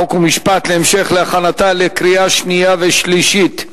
חוק ומשפט להמשך הכנתה לקריאה שנייה ושלישית.